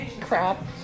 crap